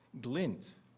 glint